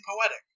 poetic